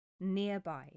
nearby